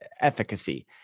efficacy